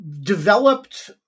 developed